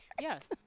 Yes